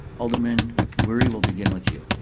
alderman wery, we'll begin with you.